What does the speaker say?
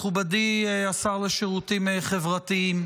מכובדי השר לשירותים חברתיים,